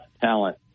talent